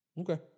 Okay